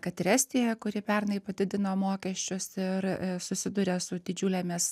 kad ir estija kuri pernai padidino mokesčius ir susiduria su didžiulėmis